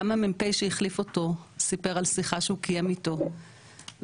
גם המ"פ שהחליף אותו סיפר על שיחה שהוא קיים איתו וממש